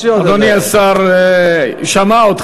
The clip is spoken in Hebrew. יש לי עוד, אדוני השר שמע אותך.